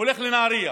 הולך לנהריה,